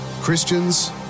Christians